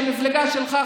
המפלגה שלך,